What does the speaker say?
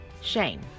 Shame